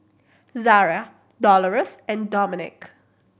Zaria Dolores and Dominick